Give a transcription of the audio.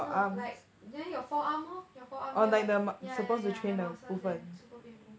no like then your forearm lor your forearm here yeah yeah yeah the muscle there super painful